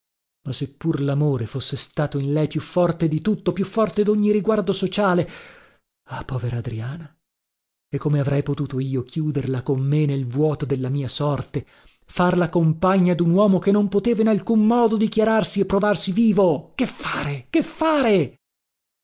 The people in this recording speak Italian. pur lamore fosse stato in lei più forte di tutto più forte dogni riguardo sociale ah povera adriana e come avrei potuto io chiuderla con me nel vuoto della mia sorte farla compagna dun uomo che non poteva in alcun modo dichiararsi e provarsi vivo che fare che fare